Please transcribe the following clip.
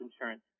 insurance